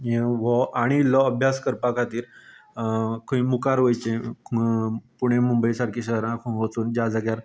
यें वो आनी इल्लो अभ्यास करपा खातीर खंय मुखार वयचें पुणे मुंबय सारक्या शहरान वचून ज्या जाग्यार उपलब्ध